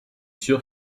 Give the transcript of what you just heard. sûr